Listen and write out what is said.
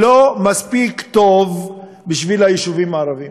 לא מספיק טובה בשביל היישובים הערביים.